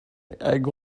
egg